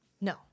No